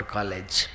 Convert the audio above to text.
College